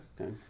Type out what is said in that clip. Okay